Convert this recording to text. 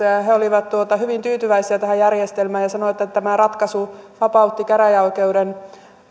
ja he ja he olivat hyvin tyytyväisiä tähän järjestelmään ja sanoivat että tämä ratkaisu vapautti käräjäoikeuden